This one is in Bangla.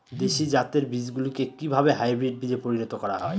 দেশি জাতের বীজগুলিকে কিভাবে হাইব্রিড বীজে পরিণত করা হয়?